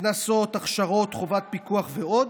קנסות, הכשרות, חובת פיקוח ועוד,